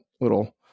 little